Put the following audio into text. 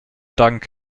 dank